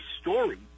story